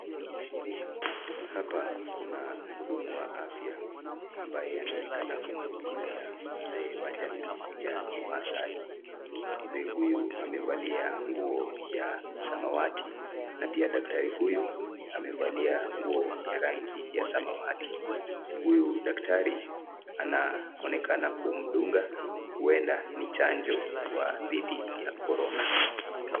Hapa kuna muhudumu wa afya ambaye anaonekana kumhudumia mzee wa jamii ya kimaasai. Mzee huyu amevalia nguo ya samawati na daktari huyu amevalia nguo ya rangi ya samawati. Huyu daktari anaonekana kumdunga huenda ni chanjo kwa dhidi ya korona.